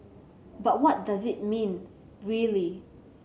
but what does it mean really